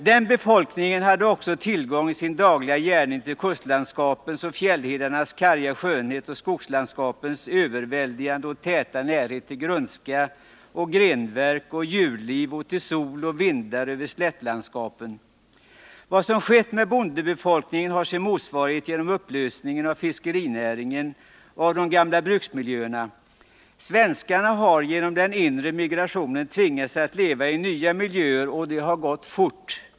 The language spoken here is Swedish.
Den befolkningen hade också tillgång i sin dagliga gärning till kustlandskapens och fjällhedarnas karga skönhet och skogslandskapens överväldigande och täta närhet till grönska, grenverk och djurliv och till sol och vindar över slättlandskapen. Vad som skett med bondebefolkningen har sin motsvarighet i upplösningen av fiskenäringen och av de gamla bruksmiljöerna. Svenskarna har genom den inre migrationen tvingats att leva i nya miljöer, och det har gått fort.